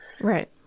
Right